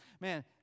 man